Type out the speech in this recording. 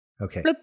Okay